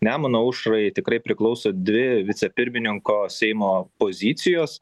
nemuno aušrai tikrai priklauso dvi vicepirmininko seimo pozicijos